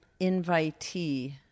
invitee